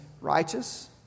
righteous